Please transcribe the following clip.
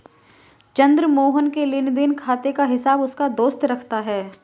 चंद्र मोहन के लेनदेन खाते का हिसाब उसका दोस्त रखता है